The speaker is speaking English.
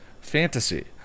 fantasy